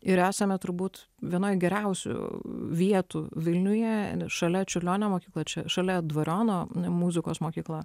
ir esame turbūt vienoj geriausių vietų vilniuje šalia čiurlionio mokykla čia šalia dvariono muzikos mokykla